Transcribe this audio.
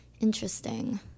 Interesting